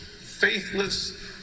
faithless